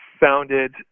founded